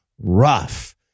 rough